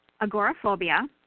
agoraphobia